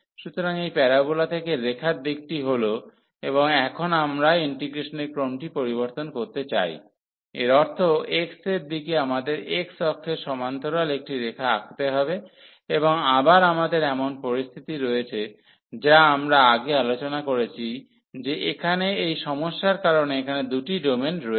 সুতরাং এই প্যারাবোলা থেকে রেখার দিকটি হল এবং এখন আমরা ইন্টিগ্রেশনের ক্রমটি পরিবর্তন করতে চাই এর অর্থ x এর দিকে আমাদের x অক্ষের সমান্তরাল একটি রেখা আঁকতে হবে এবং আবার আমাদের এমন পরিস্থিতি রয়েছে যা আমরা আগে আলোচনা করেছি যে এখানে এই সমস্যার কারণে এখানে দুটি ডোমেন রয়েছে